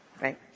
Right